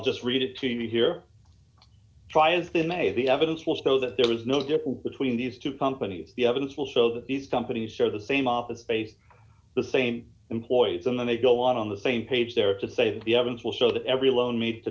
just read it to me here try as they may the evidence will show that there was no difference between these two companies the evidence will so that these companies share the same office space the same employees and then they go on the same page there to say that the evidence will show that every loan made t